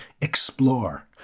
Explore